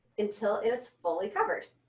until it is fully covered.